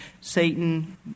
Satan